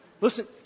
listen